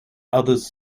others